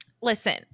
Listen